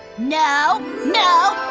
no, no,